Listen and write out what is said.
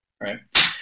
right